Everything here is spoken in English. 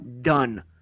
done